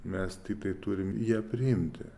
mes tiktai turim ją priimti